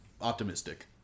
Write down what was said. optimistic